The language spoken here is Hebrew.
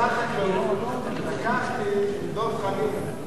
אני כשר החקלאות לקחתי את דב חנין,